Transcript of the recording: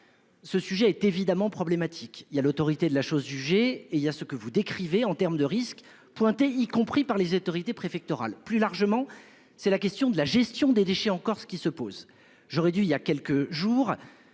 Ce sujet est évidemment problématique. Il y a l'autorité de la chose jugée et il y a ce que vous décrivez en termes de risques pointés y compris par les autorités préfectorales. Plus largement, c'est la question de la gestion des déchets en Corse qui se pose. J'aurais dû. Il y a quelques jours